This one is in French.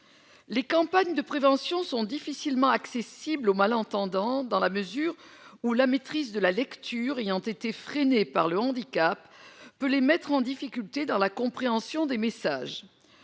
Les campagnes de prévention sont difficilement accessibles aux malentendants dans la mesure où la maîtrise de la lecture ayant été freinée par le handicap peut les mettre en difficulté dans la compréhension des messages